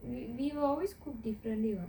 we we've always cook differently [what]